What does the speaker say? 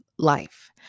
Life